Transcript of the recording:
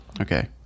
Okay